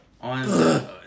on